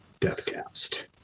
Deathcast